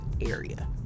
area